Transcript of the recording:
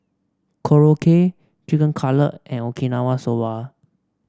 Korokke Chicken Cutlet and Okinawa Soba